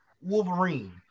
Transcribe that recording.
Wolverine